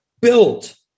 built